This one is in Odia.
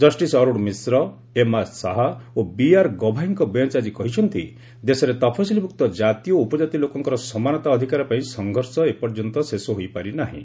କଷିସ୍ ଅରୁଣ ମିଶ୍ର ଏମ୍ଆର୍ ଶାହା ଓ ବିଆର୍ ଗଭାଇଙ୍କ ବେଞ୍ଚ ଆଜି କହିଛନ୍ତି ଦେଶରେ ତଫସିଲ୍ଭୁକ୍ତ କାତି ଓ ଉପଜାତି ଲୋକଙ୍କର ସମାନତା ଅଧିକାର ପାଇଁ ସଂଘର୍ଷ ଏ ପର୍ଯ୍ୟନ୍ତ ଶେଷ ହୋଇପାରି ନାହିଁ